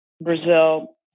Brazil